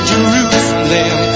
Jerusalem